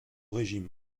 régime